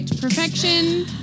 perfection